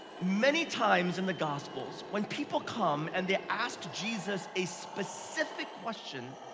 many times in the gospels, when people come and they ask jesus a specific question,